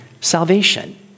salvation